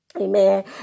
Amen